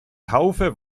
taufe